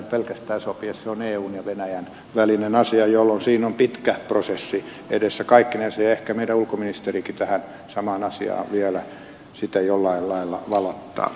se on eun ja venäjän välinen asia jolloin siinä on pitkä prosessi edessä kaikkinensa ja ehkä meidän ulkoministerimmekin tätä samaa asiaa vielä jollain lailla valottaa